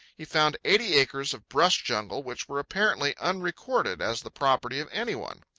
he found eighty acres of brush-jungle which were apparently unrecorded as the property of any one.